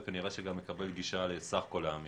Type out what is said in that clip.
וכנראה שגם מקבל גישה לסך כל המידע.